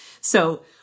So-